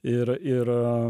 ir ir